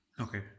okay